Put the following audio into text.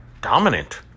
dominant